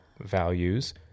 values